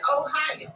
Ohio